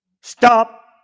Stop